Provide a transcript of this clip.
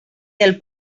del